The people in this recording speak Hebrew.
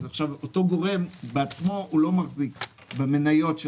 אותו גורם בעצמו לא מחזיק במניות של